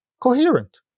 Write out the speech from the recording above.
coherent